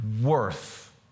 worth